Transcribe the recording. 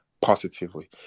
Positively